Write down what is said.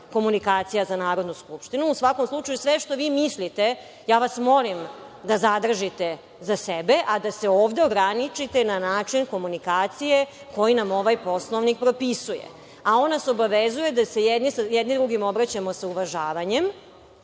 komunikacija za Narodnu skupštinu, ali, u svakom slučaju, sve što vi mislite, ja vas molim da zadržite za sebe, a da se ovde ograničite na način komunikacije koji nam ovaj Poslovnik propisuje. On nas obavezuje da se jedni drugima obraćamo sa uvažavanjem